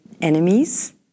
enemies